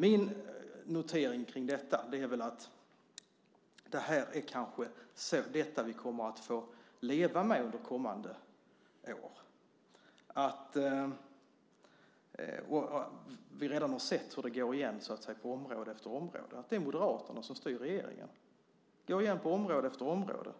Min notering är att det kanske är detta vi kommer att få leva med under kommande år. Vi har redan sett hur det går igen på område efter område. Det är Moderaterna som styr regeringen. Det går igen på område efter område - i